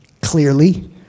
clearly